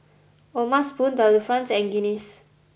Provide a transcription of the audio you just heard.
O'ma Spoon Delifrance and Guinness